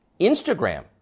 Instagram